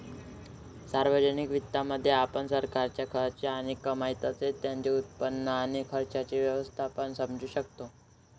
सार्वजनिक वित्तामध्ये, आपण सरकारचा खर्च आणि कमाई तसेच त्याचे उत्पन्न आणि खर्चाचे व्यवस्थापन समजू शकतो